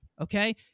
okay